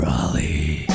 Raleigh